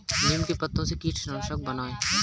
नीम के पत्तों से कीटनाशक कैसे बनाएँ?